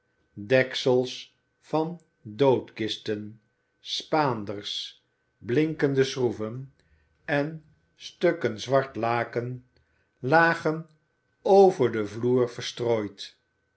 deksels van doodkisten spaanders blinkende schroeven en stukken zwart laken lagen zijne kennismaking met noach claypole over den vloer verstrooid